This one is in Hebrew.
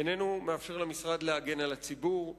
איננו מאפשר למשרד להגן על הציבור,